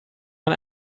man